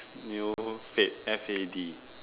new fad F A D